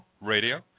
radio